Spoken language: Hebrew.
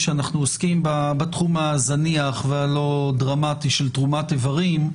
כשאנחנו עוסקים בתחום הזניח והלא דרמטי של תרומת איברים,